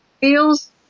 feels